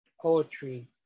poetry